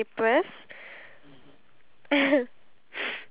is basically the